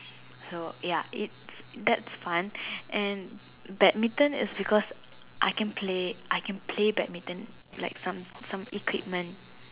so ya its thats fun and badminton is because I can play I can play badminton like some some equipment